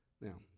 Now